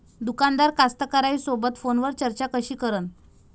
दुकानदार कास्तकाराइसोबत फोनवर चर्चा कशी करन?